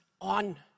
on